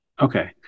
Okay